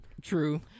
True